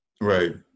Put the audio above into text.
Right